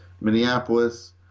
Minneapolis